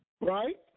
right